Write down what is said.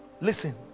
listen